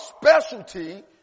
specialty